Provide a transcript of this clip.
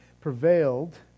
prevailed